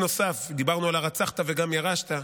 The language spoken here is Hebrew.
דיברנו על "הרצחת וגם ירשת".